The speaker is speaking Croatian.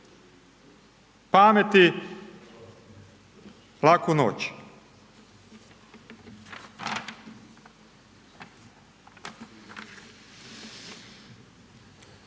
Pameti, laku noć.